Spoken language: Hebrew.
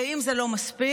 ואם זה לא מספיק,